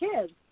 kids